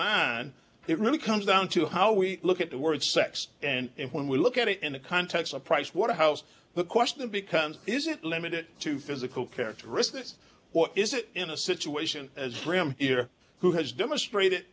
nine it really comes down to how we look at the word sex and when we look at it in the context of pricewaterhouse the question becomes is it limited to physical characteristics or is it in a situation as prim here who has demonstrated